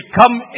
come